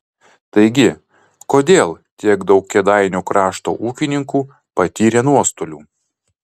taigi kodėl tiek daug kėdainių krašto ūkininkų patyrė nuostolių